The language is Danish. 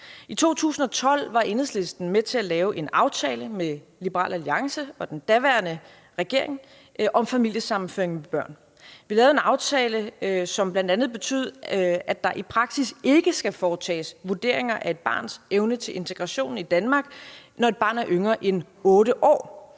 I 2012 var Enhedslisten med til at lave en aftale med Liberal Alliance og den daværende regering om familiesammenføring med børn. Vi lavede en aftale, som bl.a. betød, at der i praksis ikke skal foretages vurderinger af et barns evne til integration i Danmark, når et barn er yngre end 8 år.